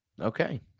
Okay